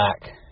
back –